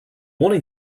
warning